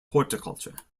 horticulture